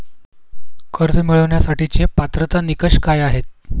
कर्ज मिळवण्यासाठीचे पात्रता निकष काय आहेत?